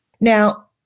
Now